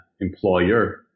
employer